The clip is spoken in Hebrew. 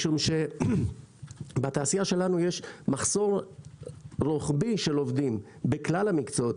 משום שבתעשייה שלנו יש מחסור רוחבי של עובדים בכלל המקצועות,